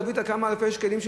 להביא את הכמה-אלפי שקלים.